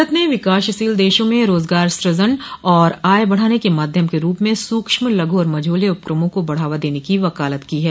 भारत ने विकासशील देशों में रोजगार सृजन और आय बढ़ाने के माध्यम के रूप में सूक्ष्म लघु और मझोले उपक्रमों को बढ़ावा देने की वकालत की है